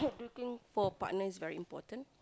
looking for partner is very important